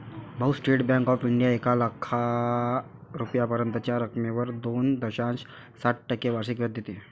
भाऊ, State Bank of India एक लाख रुपयांपर्यंतच्या रकमेवर दोन दशांश सात टक्के वार्षिक व्याज देते